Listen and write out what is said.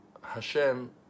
Hashem